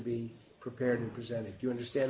be prepared and presented you understand